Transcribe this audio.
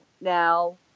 now